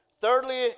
Thirdly